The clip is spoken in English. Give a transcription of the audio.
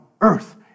earth